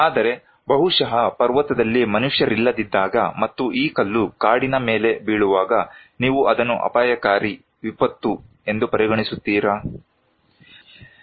ಆದರೆ ಬಹುಶಃ ಪರ್ವತದಲ್ಲಿ ಮನುಷ್ಯರಿಲ್ಲದಿದ್ದಾಗ ಮತ್ತು ಈ ಕಲ್ಲು ಕಾಡಿನ ಮೇಲೆ ಬೀಳುವಾಗ ನೀವು ಅದನ್ನು ಅಪಾಯಕಾರಿ ವಿಪತ್ತು ಎಂದು ಪರಿಗಣಿಸುತ್ತೀರಾ